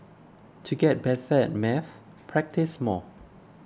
to get better at maths practise more